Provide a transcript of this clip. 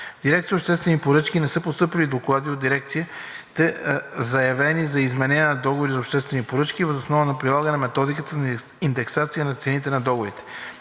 Директно обществени поръчки не са постъпили доклади от дирекциите, заявени за изменение на договори за обществени поръчки въз основа на прилагане на методиката на индексация на цените на договорите.